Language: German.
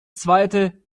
zweite